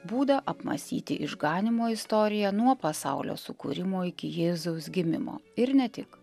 būdą apmąsyti išganymo istoriją nuo pasaulio sukūrimo iki jėzaus gimimo ir ne tik